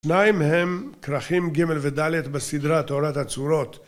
שניים הם כרכים ג' וד' בסדרה תורת הצורות